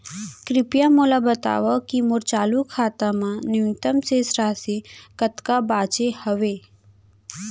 कृपया मोला बतावव की मोर चालू खाता मा न्यूनतम शेष राशि कतका बाचे हवे